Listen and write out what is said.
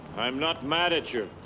i'm not mad at you.